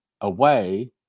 away